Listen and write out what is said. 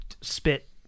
spit